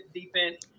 defense